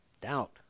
Doubt